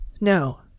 no